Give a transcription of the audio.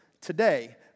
today